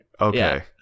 Okay